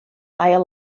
ail